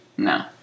No